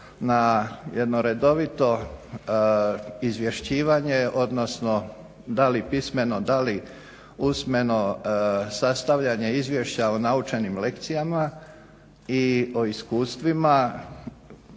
na jedno redovito izvješćivanje, odnosno da li pismeno, da li usmeno sastavljanje izvješća o naučenim lekcijama i o iskustvima.